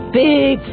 big